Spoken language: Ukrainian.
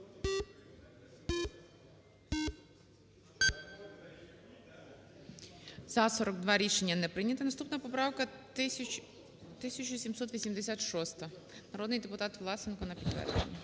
За-42 Рішення не прийняте. Наступна поправка – 1786. Народний депутат Власенко на підтвердження.